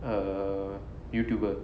a youtuber